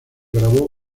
grabó